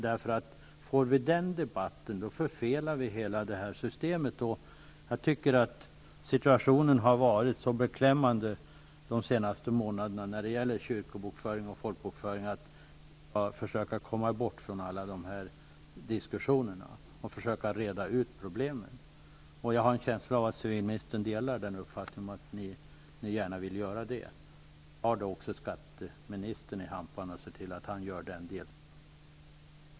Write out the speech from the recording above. Får vi en integritetsdebatt förfelar vi hela systemet. Situationen när det gäller kyrkobokföringen och folkbokföringen har under de senaste månaderna varit så beklämmande att man bör försöka reda ut problemen. Jag har en känsla av att civilministern delar den uppfattningen. Ta då också skatteministern i hampan och se till att han gör sin del!